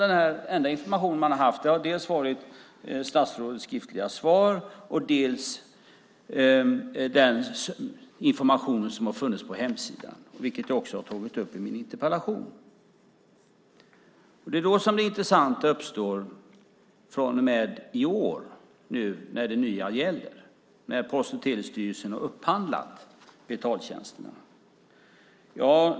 Den enda information som har funnits har varit dels statsrådets skriftliga svar, dels den information som har funnits på hemsidan, vilket jag också har tagit upp i min interpellation. När Post och telestyrelsen har upphandlat betaltjänsterna från och med i år och det nya gäller uppstår det intressanta.